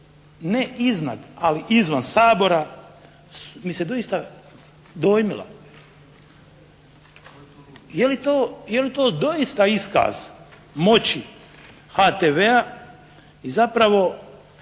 ne iznad, ali izvan Sabora mi se doista dojmila. Je li to doista iskaz moći HTV-a i zapravo